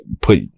put